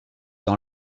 dans